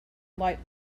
light